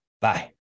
bye